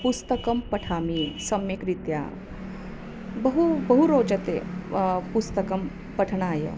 पुस्तकं पठामि सम्यक् रीत्या बहु बहु रोचते पुस्तकं पठनाय